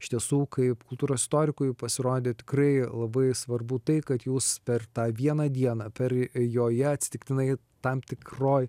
iš tiesų kaip kultūros istorikui pasirodė tikrai labai svarbu tai kad jūs per tą vieną dieną per joje atsitiktinai tam tikroj